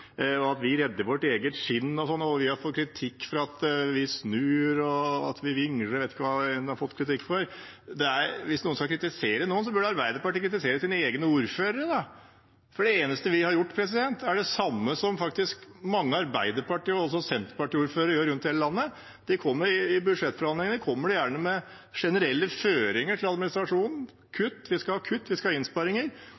at vi redder vårt eget skinn, at vi har fått kritikk for at vi snur, og at vi vingler etter hva vi har fått kritikk for. Hvis noen skal kritisere noen, burde Arbeiderpartiet kritisere sine egne ordførere, for det eneste vi har gjort, er det samme som mange Arbeiderparti- og også Senterparti-ordførere faktisk gjør rundt i hele landet. I budsjettforhandlinger kommer de gjerne med generelle føringer til administrasjonen: